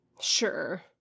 Sure